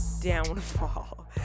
downfall